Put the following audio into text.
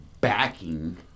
backing